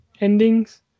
endings